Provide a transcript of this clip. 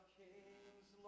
kings